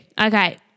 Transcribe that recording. Okay